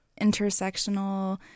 intersectional